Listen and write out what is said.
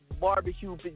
barbecue